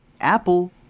Apple